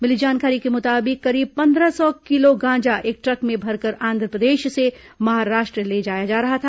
मिली जानकारी के मुताबिक करीब पंद्रह सौ किलो गांजा एक ट्रक में भरकर आंध्रप्रदेश से महाराष्ट्र ले जाया जा रहा था